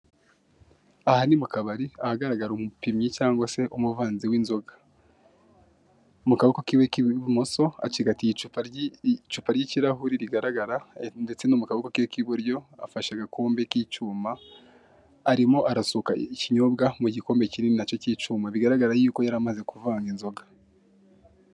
Aha ni mukabari ahagaragara umupimyi cyangwa se umuvanzi w'inzoga, mu kaboko kiwe k'ibumoso acigatiye icupa ry'ikirahuri rigaragara ndetse no mu kaboko kiwe k'iburyo afashe igikombe k'icyuma arimo arasuka ikinyobwa mu gikombe kinini na cyo k'icyuma bigaragara ko yaramaze kuvanga inzoga.